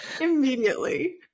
Immediately